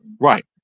Right